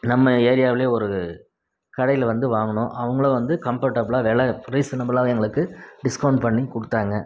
நம்ம ஏரியாவிலையே ஒரு கடையில் வந்து வாங்கினோம் அவங்களும் வந்து கம்ஃபர்ட்டபுளாக வில ரீசனபுலாகவும் எங்களுக்கு டிஸ்கவுண்ட் பண்ணி கொடுத்தாங்க